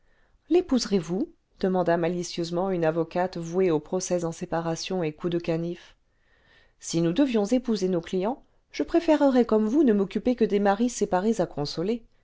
lépouserez vous demanda malicieusement une avocate vouée aux procès en séparation et coups de canif si nous devions épon ser nos clients je préférerais comme vous ne m'occuper que des maris séparés à consoler